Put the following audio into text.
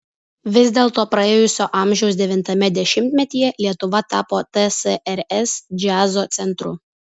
vis dėlto praėjusio amžiaus devintame dešimtmetyje lietuva tapo tsrs džiazo centru